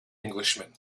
englishman